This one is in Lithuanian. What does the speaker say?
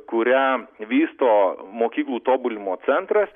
kurią vysto mokyklų tobulinimo centras